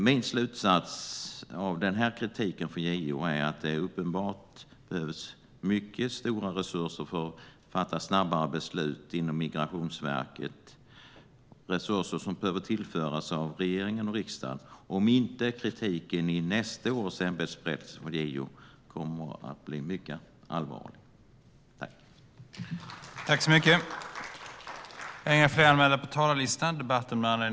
Min slutsats av JO:s kritik är att det uppenbarligen krävs mycket stora resurser för fatta snabbare beslut inom Migrationsverket, resurser som behöver tillföras av regering och riksdag, om inte kritiken i nästa ämbetsberättelse från JO ska bli mycket allvarlig. Justitieombuds-männens ämbets-berättelse